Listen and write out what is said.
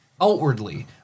outwardly